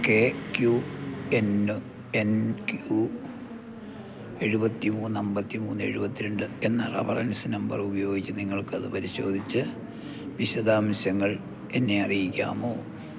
K Q N N Q എഴുപത്തി മൂന്ന് അമ്പത്തി മൂന്ന് എഴുപത്തി രണ്ട് എന്ന റഫറൻസ് നമ്പർ ഉപയോഗിച്ചു നിങ്ങൾക്ക് അത് പരിശോധിച്ചു വിശദാംശങ്ങൾ എന്നെ അറിയിക്കാമോ